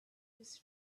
his